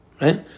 right